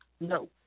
No